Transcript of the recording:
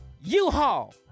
U-Haul